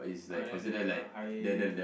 under the high